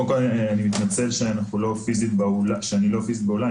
אני מתנצל שאני לא פיסית באולם,